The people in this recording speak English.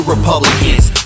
Republicans